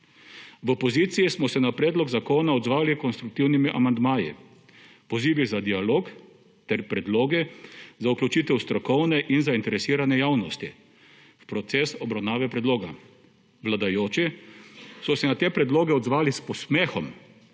V opoziciji smo se na predlog zakona odzvali s konstruktivnimi amandmaji, pozivi za dialog ter predloge za vključitev strokovne in zainteresirane javnosti v proces obravnave predloga. Vladajoči so se na te predloge odzvali s posmehom